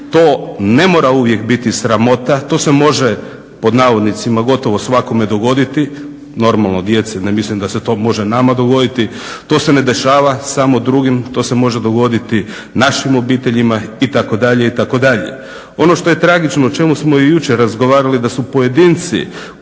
To ne mora uvijek biti sramota, to se može pod navodnicima "gotovo svakome" dogoditi, normalno djeci, ne mislim da se to može nama dogoditi, to se ne dešava samo drugima to se može dogoditi našim obiteljima itd., itd. Ono što je tragično, o čemu smo i jučer razgovarali, da su pojedinci kupovali